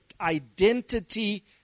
identity